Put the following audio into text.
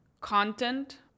content